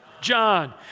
John